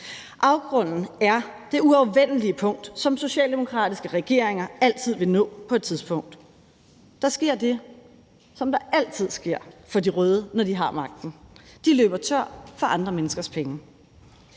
Afgrunden er det uafvendelige punkt, som socialdemokratiske regeringer altid vil nå på et tidspunkt. Der sker det, som der altid sker for de røde, når de har magten: De løber tør for andre menneskers penge.